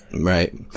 Right